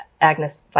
Agnes